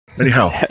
Anyhow